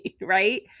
right